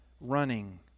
running